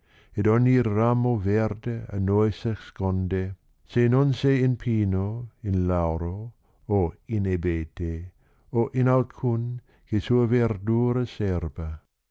ed ogni ramo verde a noi s asconde se non se in pino in lauro o in abete o in alcun che sua yerdura serba